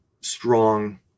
strong